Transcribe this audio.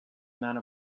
amount